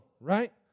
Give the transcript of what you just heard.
right